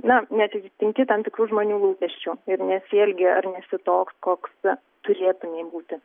na neatitinki tam tikrų žmonių lūkesčių ir nesielgi ar nesi toks koks turėtumei būti